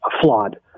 flawed